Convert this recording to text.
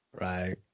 Right